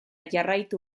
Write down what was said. jarraitu